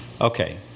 Okay